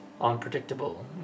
unpredictable